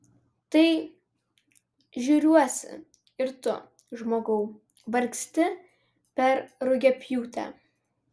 tai žiūriuosi ir tu žmogau vargsti per rugiapjūtę